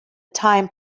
time